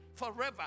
Forever